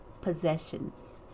possessions